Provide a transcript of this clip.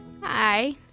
Hi